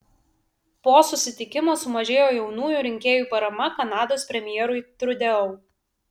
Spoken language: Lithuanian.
po susitikimo sumažėjo jaunųjų rinkėjų parama kanados premjerui trudeau